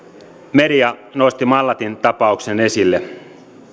media nosti mallatin tapauksen esille